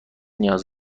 نیاز